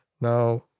Now